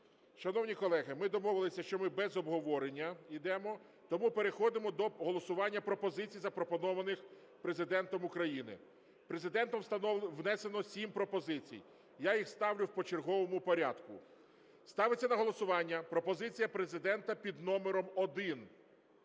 Шановні колеги, ми домовилися, що ми без обговорення йдемо. Тому переходимо до голосування пропозицій, запропонованих Президентом України. Президентом внесено сім пропозицій. Я їх ставлю в почерговому порядку. Ставиться на голосування пропозиція Президента під номером 1.